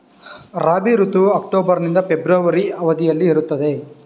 ರಾಬಿ ಋತುವು ಅಕ್ಟೋಬರ್ ನಿಂದ ಫೆಬ್ರವರಿ ಅವಧಿಯಲ್ಲಿ ಇರುತ್ತದೆ